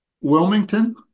Wilmington